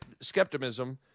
skepticism